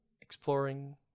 exploring